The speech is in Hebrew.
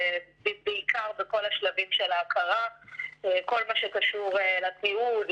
ובעיקר בכל השלבים של ההכרה; כל מה שקשור לתיעוד,